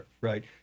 right